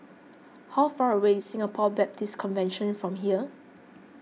how far away is Singapore Baptist Convention from here